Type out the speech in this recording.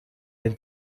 den